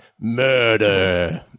Murder